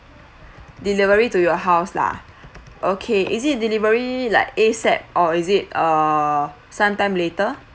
delivery to your house lah okay is it delivery like A_S_A_P or is it err sometime later